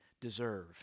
deserve